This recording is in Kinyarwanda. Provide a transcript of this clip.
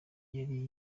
yari